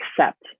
accept